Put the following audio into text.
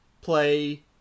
play